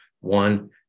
One